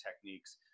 techniques